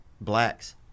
Blacks